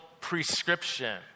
prescription